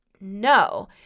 no